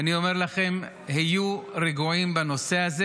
אני אומר לכם, היו רגועים בנושא הזה.